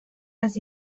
las